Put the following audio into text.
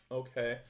okay